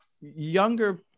younger